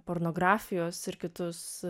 pornografijos ir kitus